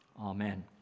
amen